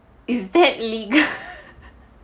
is that legal